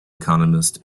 economist